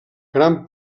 gran